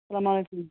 اَسلام علیکُم